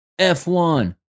F1